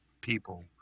people